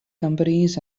companies